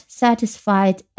satisfied